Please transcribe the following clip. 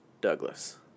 Douglas